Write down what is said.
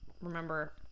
remember